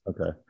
okay